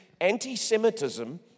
anti-Semitism